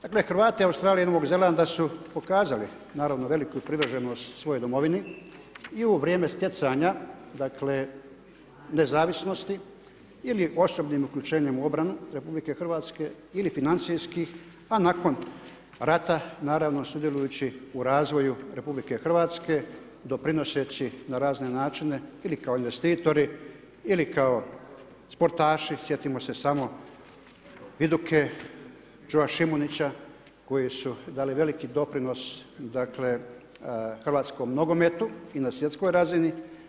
Dakle, Hrvati u Australiji i Novog Zelanda su pokazali, naravno, veliku privrženost svojoj domovini i u vrijeme stjecanja dakle, nezavisnosti ili osobnim uključenjem u obranu RH, ili financijskih, a nakon rata, naravno sudjelovajući u razvoju RH, doprinoseći na razne načine ili kao investitori ili kao sportaši, sjetimo se samo Viduke, Jo Šimunića, koji su dali veliki doprinos hrvatskom nogometu i na svjetskoj razini.